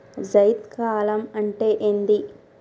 జైద్ కాలం అంటే ఏంది?